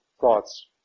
thoughts